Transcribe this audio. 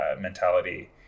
mentality